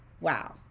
Wow